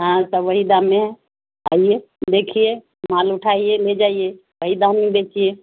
ہاں تو وہی دام میں ہے آئیے دیکھیے مال اٹھائیے لے جائیے وہی دام میں بیچیے